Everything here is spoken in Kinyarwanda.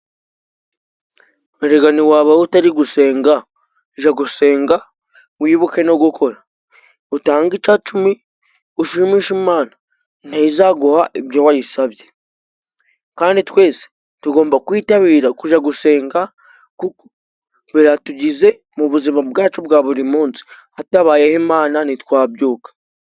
Erega ntiwabaho utari gusenga, ja gusenga wibuke no gukora, utange icacumi ushimishe Imana ntizaguha ibyo wayisabye. Kandi twese tugomba kwitabira kuja gusenga kuko biratugize mu buzima bwacu bwa buri munsi, hatabayeho Imana ntitwabyuka.